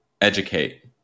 educate